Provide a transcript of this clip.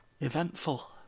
Eventful